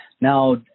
Now